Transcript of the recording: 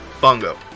Bongo